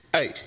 Hey